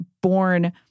born